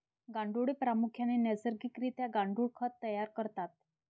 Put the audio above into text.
गांडुळे प्रामुख्याने नैसर्गिक रित्या गांडुळ खत तयार करतात